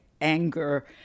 anger